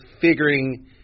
figuring